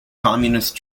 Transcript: communist